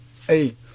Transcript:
hey